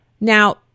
Now